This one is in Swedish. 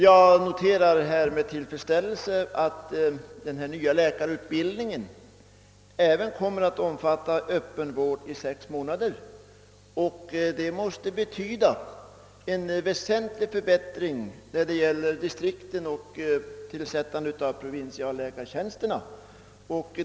Jag noterar med tillfredsställelse att den nya läkarutbildningen även kommer att omfatta öppen vård i sex månader. Det måste betyda en väsentlig förbättring när det gäller distrikten och tillsättande av provinsialläkartjänsterna.